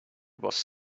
was